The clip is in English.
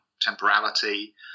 temporality